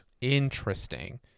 Interesting